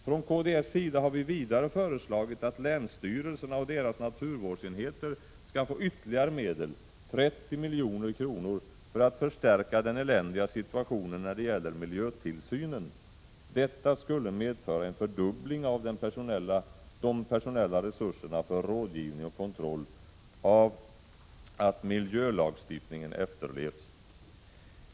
Från kds sida har vi vidare föreslagit att länsstyrelserna och deras naturvårdsenheter skall få ytterligare medel, 30 milj.kr., för att förstärka den eländiga situationen när det gäller miljötillsynen. Detta skulle medföra en fördubbling av de personella resurserna för rådgivning och kontroll av att miljölagstifningen efterlevs.